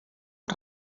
als